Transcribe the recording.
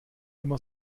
immer